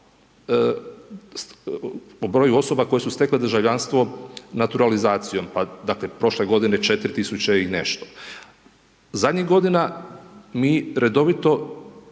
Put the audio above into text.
o broju osoba koje su stekle državljanstvo naturalizacijom, pa dakle prošle godine 4000 i nešto. Zadnjih godina mi redovito